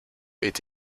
est